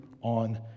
on